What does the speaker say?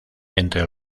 entre